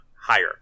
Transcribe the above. higher